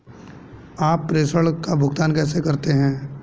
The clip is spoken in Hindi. आप प्रेषण का भुगतान कैसे करते हैं?